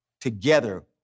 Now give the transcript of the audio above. together